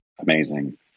amazing